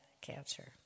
cancer